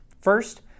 First